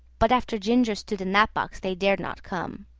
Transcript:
but after ginger stood in that box they dared not come,